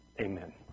Amen